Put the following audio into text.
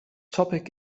topic